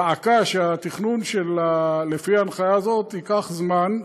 דא עקא, שהתכנון לפי ההנחיה הזאת ייקח זמן,